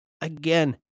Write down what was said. Again